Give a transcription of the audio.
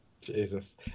Jesus